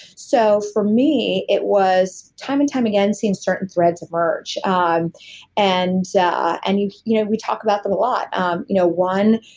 so for me, it was time and time again seeing certain threads emerge um and yeah and you know we talk about them a lot. um you know one,